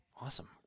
Awesome